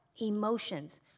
Emotions